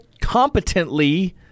competently